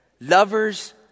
lovers